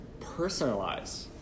personalize